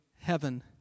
heaven